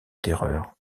terreur